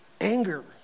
Anger